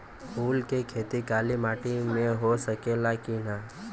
फूल के खेती काली माटी में हो सकेला की ना?